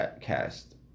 cast